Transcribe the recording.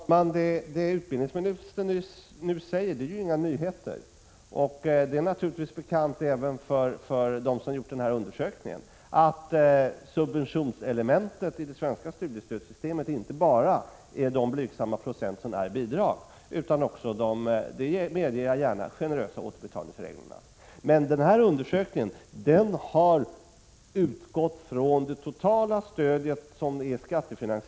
Fru talman! Det som utbildningsministern nu säger är ju ingen nyhet, och det var naturligtvis bekant även för dem som gjorde undersökningen. Subventionselementet i det svenska studiestödssystemet är inte bara de blygsamma procent som betecknas som bidrag, utan även de generösa återbetalningsreglerna. Det medger jag gärna. Men undersökningen har utgått ifrån det totala skattefinansierade stödet till studenterna.